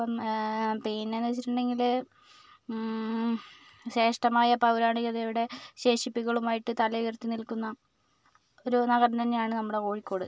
അപ്പം പിന്നെ എന്ന് വെച്ചിട്ടുണ്ടെങ്കിൽ ശ്രേഷ്ടമായ പൗരാണികതയുടെ ശേഷിപ്പുകളുമായിട്ട് തലയുയർത്തി നിൽക്കുന്ന ഒരു നഗരം തന്നെയാണ് നമ്മുടെ കോഴിക്കോട്